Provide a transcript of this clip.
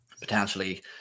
potentially